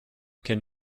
can